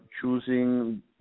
choosing